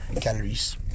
calories